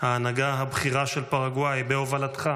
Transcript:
ההנהגה הבכירה של פרגוואי בהובלתך,